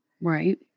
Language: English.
Right